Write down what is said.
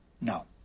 No